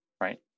right